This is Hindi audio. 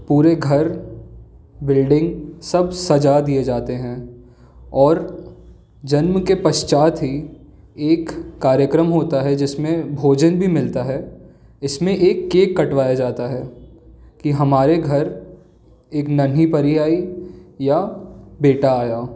पूरे घर बिल्डिंग सब सजा दिए जाते हैं और जन्म के पश्चात ही एक कार्यक्रम होता है जिसमें भोजन भी मिलता है इसमें एक केक कटवाया जाता है कि हमारे घर एक नन्ही परी आई या बेटा आया